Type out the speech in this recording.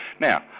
Now